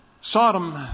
Sodom